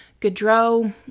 Gaudreau